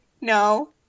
no